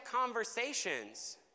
conversations